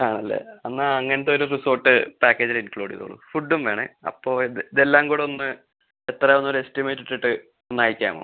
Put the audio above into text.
ആണല്ലേ എന്നാൽ അങ്ങനത്തെ ഒരു റിസോർട്ട് പാക്കേജിൽ ഇൻക്ലൂഡ് ചെയ്തോളു ഫുഡ്ഡും വേണേ അപ്പോൾ ഇതെല്ലാം കൂടെ ഒന്ന് എത്രയാകും എന്നൊരു എസ്റ്റിമേറ്റിട്ടിട്ട് ഒന്ന് അയക്കാമോ